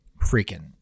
freaking